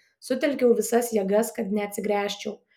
sutelkiau visas jėgas kad neatsigręžčiau